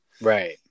Right